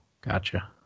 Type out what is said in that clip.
Gotcha